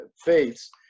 Faiths